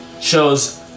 shows